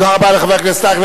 תודה רבה לחבר הכנסת אייכלר.